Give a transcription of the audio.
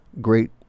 great